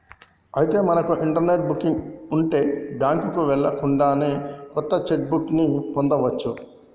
అయితే మనకు internet booking ఉంటే బ్యాంకుకు వెళ్ళకుండానే కొత్త చెక్ బుక్ ని పొందవచ్చు